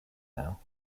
now